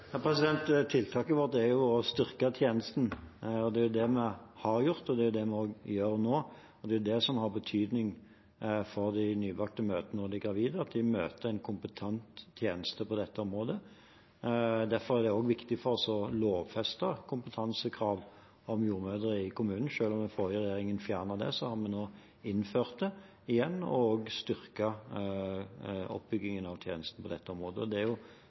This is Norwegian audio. Tiltaket vårt er å styrke tjenesten. Det er det vi har gjort, og det er det vi også gjør nå. Det som har betydning for de gravide og de nybakte mødrene, er at de møter en kompetent tjeneste på dette området. Derfor er det også viktig for oss å lovfeste kompetansekrav om jordmødre i kommunene. Selv om den forrige regjeringen fjernet det, har vi gjeninnført det og også styrket oppbyggingen av tjenesten på dette området. Det er